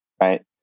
right